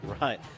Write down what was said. Right